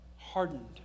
Hardened